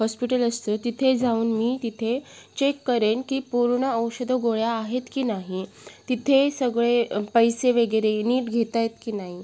hospital असते तिथे जाऊन मी तिथे चेक करेन की पूर्ण औषधं गोळ्या आहेत की नाही तिथे सगळे पैसे वगैरे नीट घेत आहेत की नाही